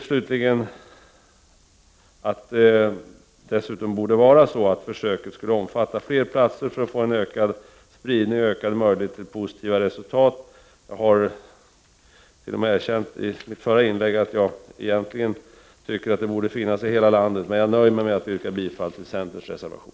Slutligen tycker jag att försöket skulle omfatta fler platser för att få en ökad spridning och ökade möjligheter till positiva resultat. Jag har t.o.m. i mitt förra inlägg erkänt att jag tycker att försöksverksamheten borde finnas i hela landet. Jag nöjer mig dock med att yrka bifall till centerns reservation.